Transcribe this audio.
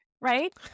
right